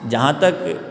जहाँ तक